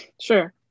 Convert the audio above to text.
Sure